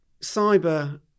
cyber